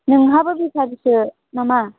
नोंहाबो बेफारिसो नामा